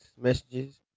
messages